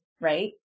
right